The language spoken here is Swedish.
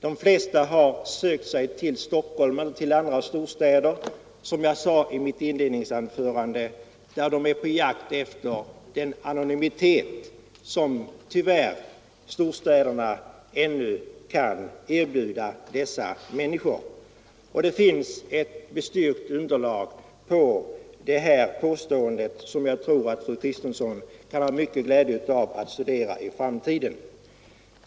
De flesta har, som jag sade i mitt inledningsanförande, sökt sig till Stockholm eller andr där de är på jakt efter den anonymitet som storstäderna tyvärr ännu kan erbjuda. Det finns ett bestyrkt underlag för detta påstående, som jag tror att fru Kristensson kan ha mycket glädje av att studera i framtiden.